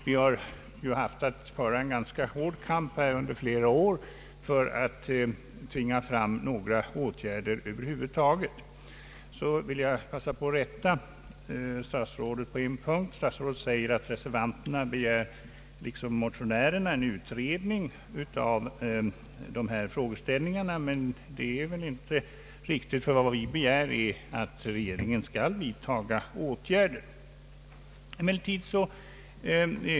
Vi har under flera år haft att föra en ganska hård kamp för att tvinga fram åtgärder över huvud taget. Jag vill passa på att rätta statsrådet på en punkt. Statsrådet säger att reservanterna liksom motionärerna begär en utredning av dessa frågor, men det är inte riktigt. Vad vi begär är att regeringen skall vidta åtgärder.